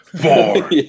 Four